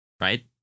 right